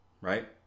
right